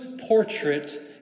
portrait